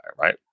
right